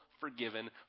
forgiven